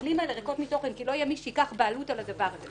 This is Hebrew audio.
המילים האלה ריקות מתוכן כי לא יהיה מי שייקח בעלות על הדבר הזה.